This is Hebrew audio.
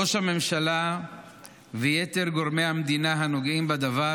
ראש הממשלה ויתר גורמי המדינה הנוגעים בדבר